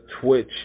Twitch